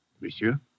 Monsieur